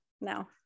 No